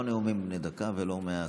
מציע באמת, לא נאומים בני דקה ולא מהצד.